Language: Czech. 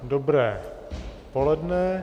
Dobré poledne.